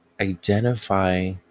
identify